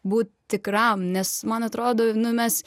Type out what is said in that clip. būt tikram nes man atrodo nu mes